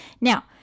Now